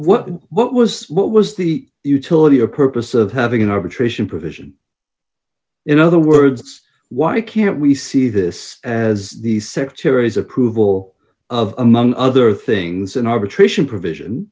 citizen what was what was the utility or purpose of having an arbitration provision in other words why can't we see this as the secretary's approval of among other things an arbitration provision